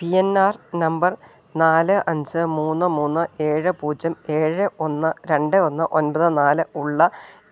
P N R നമ്പർ നാല് അഞ്ച് മൂന്ന് മൂന്ന് ഏഴ് പൂജ്യം ഏഴ് ഒന്ന് രണ്ട് ഒന്ന് ഒമ്പത് നാല് ഉള്ള